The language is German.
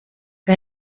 wer